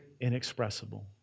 inexpressible